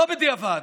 לא בדיעבד.